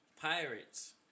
Pirates